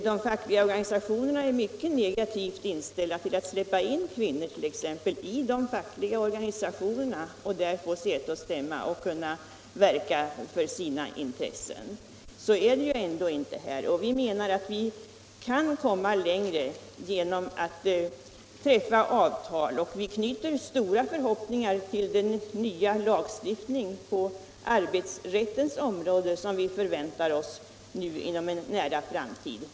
De fackliga organisationerna var mycket negativt inställda till att ge kvinnor säte och stämma i de fackliga organisationerna, så att de där kan verka för sina intressen. Så är det ändå inte här. Vi kan komma längre genom att träffa avtal. Vi knyter stora förhoppningar till den nya lagstiftning på arbetsrättens område som kan förväntas inom en nära framtid.